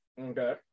Okay